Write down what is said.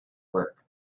work